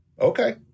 okay